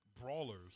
brawlers